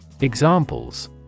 Examples